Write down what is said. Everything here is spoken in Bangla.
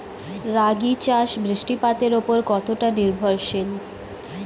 রাগী চাষ বৃষ্টিপাতের ওপর কতটা নির্ভরশীল?